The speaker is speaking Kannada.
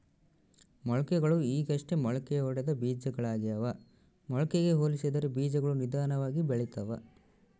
ಮೊಳಕೆಗಳು ಈಗಷ್ಟೇ ಮೊಳಕೆಯೊಡೆದ ಬೀಜಗಳಾಗ್ಯಾವ ಮೊಳಕೆಗೆ ಹೋಲಿಸಿದರ ಬೀಜಗಳು ನಿಧಾನವಾಗಿ ಬೆಳಿತವ